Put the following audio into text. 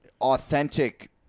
authentic